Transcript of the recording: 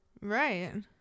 right